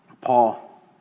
Paul